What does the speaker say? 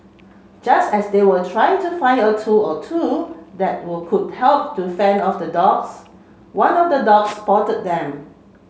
just as they were trying to find a tool or two that would could help to fend off the dogs one of the dogs spotted them